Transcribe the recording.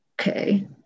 Okay